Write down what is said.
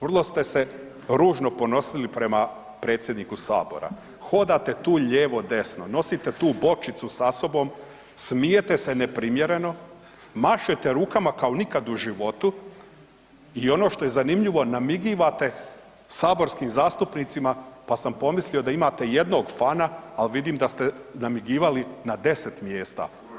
Vrlo ste se ružno ponosili prema predsjedniku sabora, hodate tu ljevo, desno, nosite tu bočicu sa sobom, smijete se neprimjereno, mašete rukama kao nikad u životu i ono što je zanimljivo namigivate saborskim zastupnicima, pa sam pomislio da imate jednog fana, al vidim da ste namigivali na 10 mjesta.